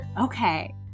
Okay